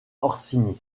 orsini